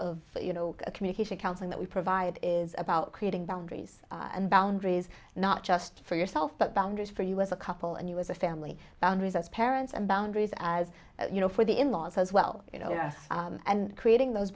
you know communication counselling that we provide is about creating boundaries and boundaries not just for yourself but boundaries for you as a couple and you as a family boundaries as parents and boundaries as you know for the in laws as well and creating those